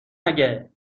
مگه